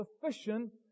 sufficient